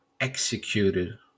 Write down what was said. executed